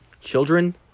children